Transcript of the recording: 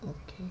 okay